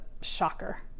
shocker